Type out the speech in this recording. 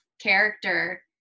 character